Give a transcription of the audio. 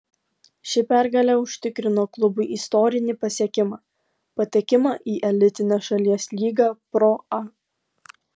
ši pergalė užtikrino klubui istorinį pasiekimą patekimą į elitinę šalies lygą pro a